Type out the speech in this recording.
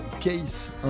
Case